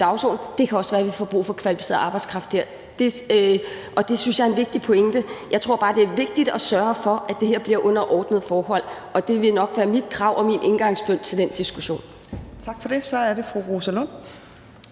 dagsorden. Det kan også være, vi får brug for kvalificeret arbejdskraft der – og det synes jeg er en vigtig pointe. Jeg tror bare, det er vigtigt at sørge for, at det her bliver under ordnede forhold. Og det vil nok være mit krav og min indgangsbøn til den diskussion.